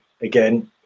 again